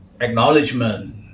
acknowledgement